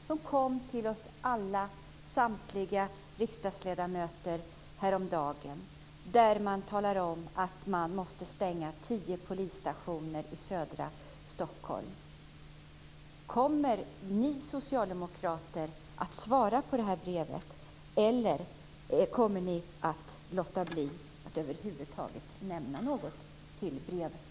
Det kom till samtliga riksdagsledamöter häromdagen. Där talar hon om att man måste stänga tio polisstationer i södra Stockholm. Kommer ni socialdemokrater att svara på det här brevet, eller kommer ni att låta bli att över huvud taget nämna något till brevskrivaren?